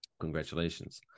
Congratulations